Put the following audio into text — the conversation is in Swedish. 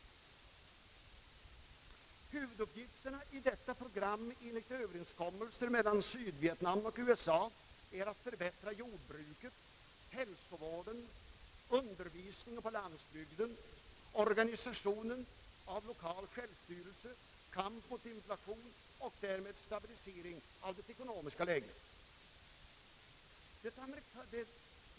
Huvuduppgifterna i detta arbete är enligt överenskommelser mellan Sydvietnam och USA att förbättra jordbruket, hälsovården, undervisningen på landsbygden, organisation av lokal självstyrelse, kamp mot inflation och därmed stabilisering av det ekonomiska läget.